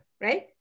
right